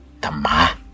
Tama